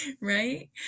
right